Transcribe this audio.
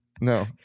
No